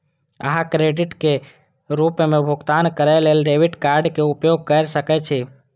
अहां क्रेडिटक रूप मे भुगतान करै लेल डेबिट कार्डक उपयोग कैर सकै छी